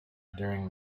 during